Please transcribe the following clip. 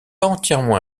entièrement